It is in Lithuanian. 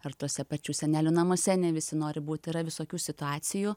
ar tuose pačiuose senelių namuose ne visi nori būt yra visokių situacijų